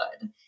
good